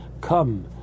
come